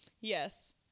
Yes